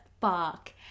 fuck